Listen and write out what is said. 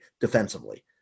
defensively